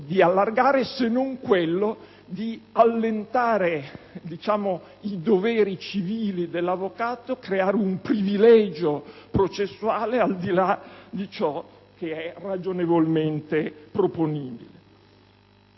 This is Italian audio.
di allargare, se non quello di allentare i doveri civili dell'avvocato, di creare un privilegio processuale al di là di ciò che è ragionevolmente proponibile.